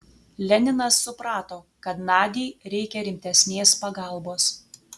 leninas suprato kad nadiai reikia rimtesnės pagalbos